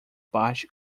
parte